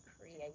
create